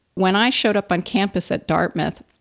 when i showed up on campus at dartmouth,